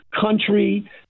country